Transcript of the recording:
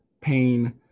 pain